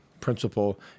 principle